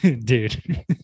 dude